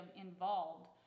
involved